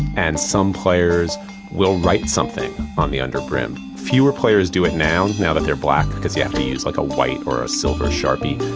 and some players will write something on the underbrim. fewer players do it now, now that they're black, because you have to use like a white or a silver sharpie.